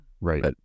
right